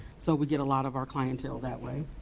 so we get a lot of our clientele that way.